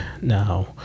Now